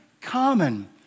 common